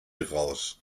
raus